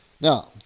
Now